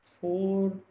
four